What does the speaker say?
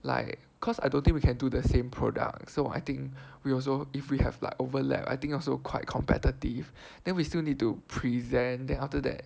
like cause I don't think we can do the same product so I think we also if we have like overlap I think also quite competitive then we still need to present then after that